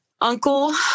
uncle